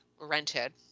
rented